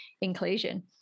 inclusion